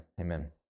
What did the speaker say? amen